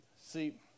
See